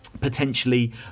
potentially